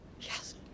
Yes